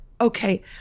Okay